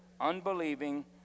unbelieving